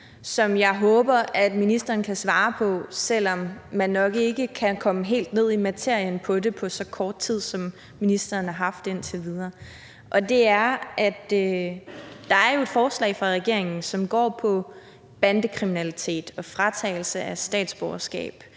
som jeg håber at ministeren kan svare på, selv om man nok ikke kan komme helt ned i materien på det på så kort tid, som ministeren har haft indtil videre. Der er jo et forslag fra regeringen, som går på bandekriminalitet og fratagelse af statsborgerskab